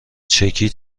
چکی